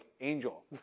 Angel